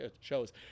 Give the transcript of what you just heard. shows